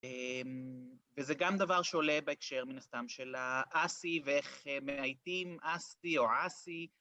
וזה גם דבר שעולה בהקשר מן הסתם של האסי ואיך מאייתים אסי או עסי.